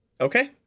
Okay